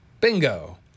Bingo